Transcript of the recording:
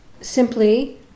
simply